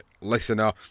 listener